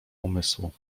umysłu